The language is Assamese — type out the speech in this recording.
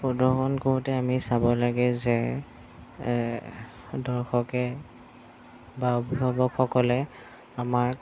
প্ৰদৰ্শন কৰোঁতে আমি চাব লাগে যে দৰ্শকে বা অভিভাৱকসকলে আমাক